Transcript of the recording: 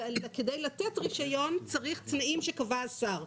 אבל כדי לתת רישיון צריך תנאים שקבע השר.